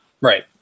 Right